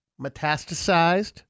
metastasized